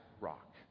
rock